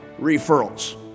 referrals